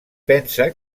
pensa